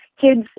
kids